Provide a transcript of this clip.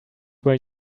were